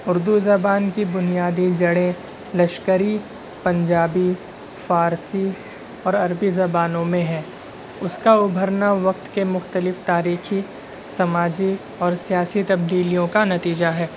اردو زبان کی بنیادی جڑیں لشکری پنجابی فارسی اور عربی زبانوں میں ہے اس کا ابھرنا وقت کے مختلف تاریخی سماجی اور سیاسی تبدیلیوں کا نتیجہ ہے